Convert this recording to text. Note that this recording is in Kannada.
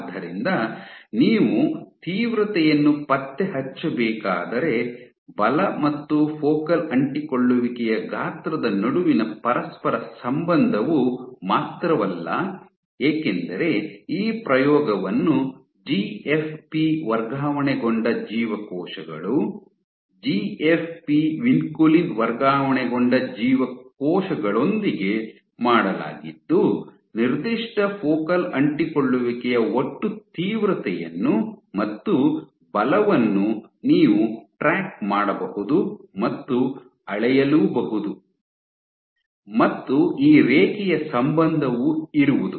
ಆದ್ದರಿಂದ ನೀವು ತೀವ್ರತೆಯನ್ನು ಪತ್ತೆಹಚ್ಚಬೇಕಾದರೆ ಬಲ ಮತ್ತು ಫೋಕಲ್ ಅಂಟಿಕೊಳ್ಳುವಿಕೆಯ ಗಾತ್ರದ ನಡುವಿನ ಪರಸ್ಪರ ಸಂಬಂಧವು ಮಾತ್ರವಲ್ಲ ಏಕೆಂದರೆ ಈ ಪ್ರಯೋಗವನ್ನು ಜಿಎಫ್ಪಿ ವರ್ಗಾವಣೆಗೊಂಡ ಜೀವಕೋಶಗಳು ಜಿಎಫ್ಪಿ ವಿನ್ಕುಲಿನ್ ವರ್ಗಾವಣೆಗೊಂಡ ಜೀವಕೋಶಗಳೊಂದಿಗೆ ಮಾಡಲಾಗಿದ್ದು ನಿರ್ದಿಷ್ಟ ಫೋಕಲ್ ಅಂಟಿಕೊಳ್ಳುವಿಕೆಯ ಒಟ್ಟು ತೀವ್ರತೆಯನ್ನು ಮತ್ತು ಬಲವನ್ನು ನೀವು ಟ್ರ್ಯಾಕ್ ಮಾಡಬಹುದು ಮತ್ತು ಅಳೆಯಲೂಬಹುದು ಮತ್ತು ಈ ರೇಖೀಯ ಸಂಬಂಧವು ಇರುವುದು